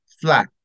flat